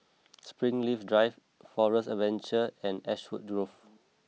Springleaf Drive Forest Adventure and Ashwood Grove